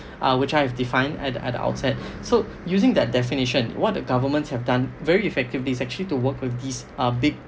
uh which I have defined at the at the outset so using that definition what the governments have done very effectively is actually to work with these um big